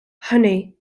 honey